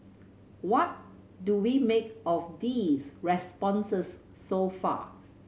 what do we make of these responses so far